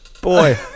Boy